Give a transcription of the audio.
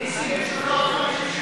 נסים, יש לך עוד 50 שניות.